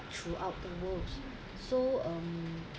through out the world so um